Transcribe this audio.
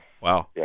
Wow